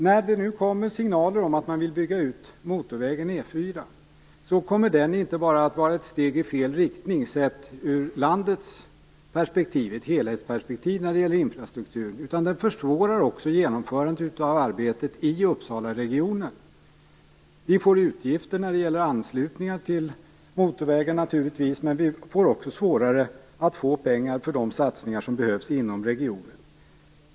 När det nu kommer signaler om att bygga ut motorväg E 4, kommer den vägen inte bara att vara ett steg i fel riktning sett ur ett helhetsperspektiv för infrastrukturen, utan den kommer att försvåra genomförandet av arbetet i Uppsalaregionen. Vi får utgifter i fråga om anslutningar till motorvägen, men vi får också svårare att få pengar till de satsningar som behövs inom regionen.